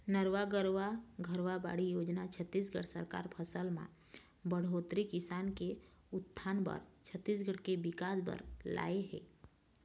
नरूवा, गरूवा, घुरूवा, बाड़ी योजना छत्तीसगढ़ सरकार फसल म बड़होत्तरी, किसान के उत्थान बर, छत्तीसगढ़ के बिकास बर लाए हे